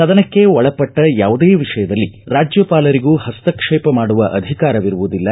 ಸದನಕ್ಕೆ ಒಳಪಟ್ಟ ಯಾವುದೇ ವಿಷಯದಲ್ಲಿ ರಾಜ್ಯಪಾಲರಿಗೂ ಹಸ್ತಕ್ಷೇಪ ಮಾಡುವ ಅಧಿಕಾರವಿರುವುದಿಲ್ಲ